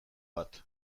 bat